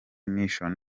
mission